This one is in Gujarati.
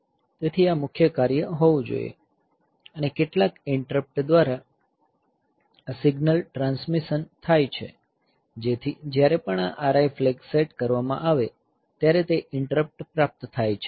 તેથી આ મુખ્ય કાર્ય હોવું જોઈએ અને કેટલાક ઈન્ટરપ્ટ દ્વારા આ સિગ્નલ ટ્રાન્સમિશન થાય છે જેથી જ્યારે પણ આ RI ફ્લેગ સેટ કરવામાં આવે ત્યારે તે ઈન્ટરપ્ટ પ્રાપ્ત થાય છે